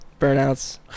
burnouts